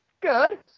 Good